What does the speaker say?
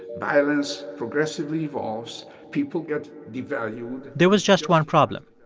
violence progressively evolves. people get devalued there was just one problem.